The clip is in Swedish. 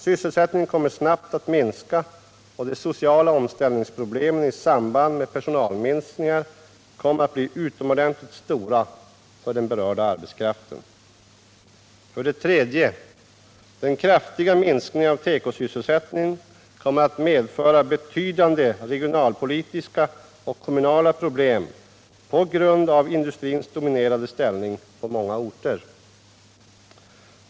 Sysselsättningen kommer snabbt att minska, och de sociala omställningsproblemen i samband med personalminskningarna kommer att bli utomordentligt stora för den berörda arbetskraften. 3. Den kraftiga minskningen av tekosysselsättningen kommer att medföra betydande regionalpolitiska och kommunala problem på grund av industrins dominerande ställning på många orter.